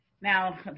now